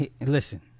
listen